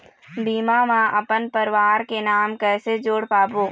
बीमा म अपन परवार के नाम किसे जोड़ पाबो?